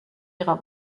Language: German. ihrer